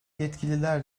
yetkililer